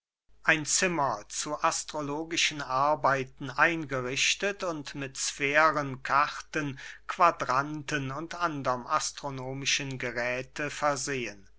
ein zimmer zu astrologischen arbeiten eingerichtet und mit sphären karten quadranten und anderm astronomischen geräte versehen